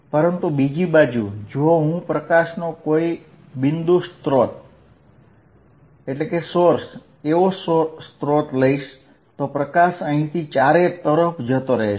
પરંતુ બીજી બાજુ જો હું પ્રકાશનો કોઈ બિંદુ સ્ત્રોત જેવો સ્ત્રોત લઈશ તો પ્રકાશ અહીંથી ચારે તરફ જતો રહે છે